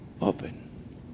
Open